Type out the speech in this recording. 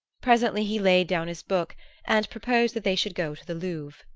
presently he laid down his book and proposed that they should go to the louvre.